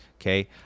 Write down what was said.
okay